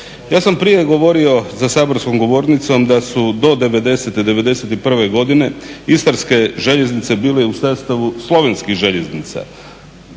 Ja sam prije govorio za saborskom govornicom da su do '90., '91. godine istarske željeznice bile u sastavu slovenskih željeznica.